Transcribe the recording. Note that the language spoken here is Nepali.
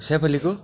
स्याफालेको